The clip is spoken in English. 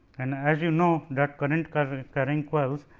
and as you know that current current carrying coils,